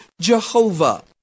Jehovah